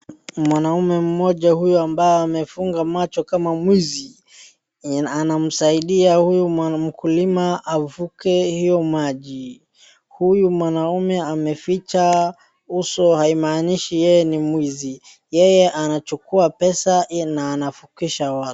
Mwanaume mmoja huyu amefunga macho kama mwizi. Na anamsaidia huyu mkulima avuke hiyo maji. Huyu mwanaume ameficha uso haimanishi yeye ni mwi, yeye anachukua pesa na ana vukisha watu.